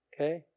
Okay